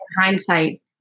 hindsight